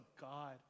God